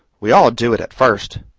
we all do it at first.